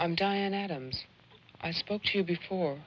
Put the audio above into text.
i'm diane adams i spoke to before